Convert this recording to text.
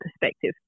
perspective